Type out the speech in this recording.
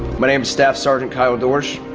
my name is staff sergeant kyle dorsch.